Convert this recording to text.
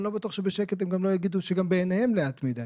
אני לא בטוח שבשקט הם גם לא יגידו שגם בעיניהם לאט מדי